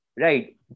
Right